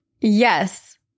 Yes